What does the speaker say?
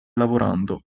lavorando